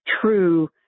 true